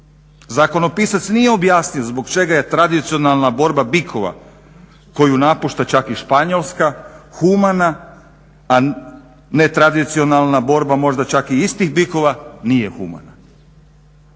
Zakonopisac nije objasnio zbog čega je tradicionalna borba bikova koju napušta čak i Španjolska humana, a netradicionalna borba možda čak i istih bikova nije humana.